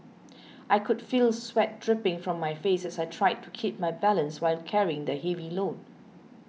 I could feel sweat dripping from my face as I tried to keep my balance while carrying the heavy load